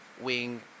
wing